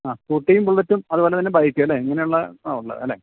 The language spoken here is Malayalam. ആ സ്കൂട്ടിയും ബുള്ളറ്റും അതുപോലെ തന്നെ ബൈക്ക്ല്ലേ ഇങ്ങനുള്ള ആ ഉള്ളത് അല്ലേ